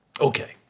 Okay